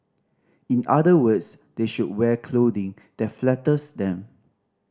in other words they should wear clothing that flatters them